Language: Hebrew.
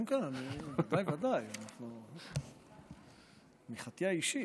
כן, כן, ודאי, תמיכתי האישית.